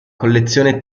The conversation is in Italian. collezione